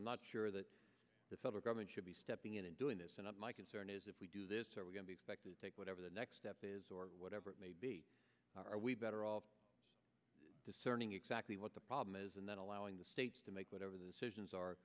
i'm not sure that the federal government should be stepping in and doing this and of my concern is if we do this or we can be expected to take whatever the next step is or whatever it may be are we better off discerning exactly what the problem is and then allowing the states to make whatever the decision is are